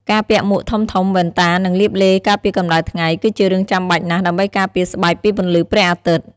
ការពាក់មួកធំៗ វ៉ែនតា និងលាបឡេការពារកម្ដៅថ្ងៃគឺជារឿងចាំបាច់ណាស់ដើម្បីការពារស្បែកពីពន្លឺព្រះអាទិត្យ។